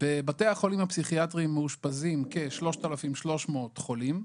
בבתי החולים הפסיכיאטריים מאושפזים כ-3,300 חולים.